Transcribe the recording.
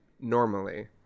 normally